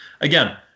Again